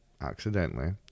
accidentally